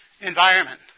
environment